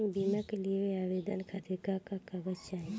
बीमा के लिए आवेदन खातिर का का कागज चाहि?